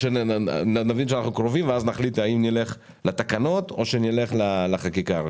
אם נבין שאנחנו קרובים ואז נחליט האם נלך לתקנות או נלך לחקיקה ראשית.